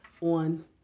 on